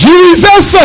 Jesus